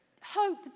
hope